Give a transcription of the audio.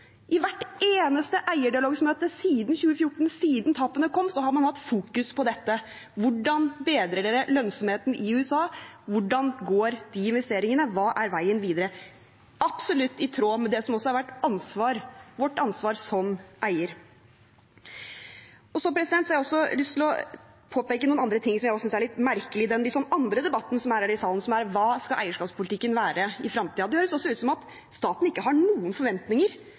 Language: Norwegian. i hvert eneste eierdialogmøte siden 2014. Siden tapene kom, har man hatt fokus på dette. Hvordan bedrer dere lønnsomheten i USA? Hvordan går de investeringene? Hva er veien videre? Det er absolutt i tråd med det som også er vårt ansvar som eier. Jeg har også lyst til å påpeke noen andre ting jeg synes er litt merkelig i den litt andre debatten som er her i salen, om hva eierskapspolitikken skal være i fremtiden. Det høres også ut som om staten ikke har noen forventninger